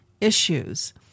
issues